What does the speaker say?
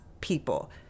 people